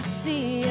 see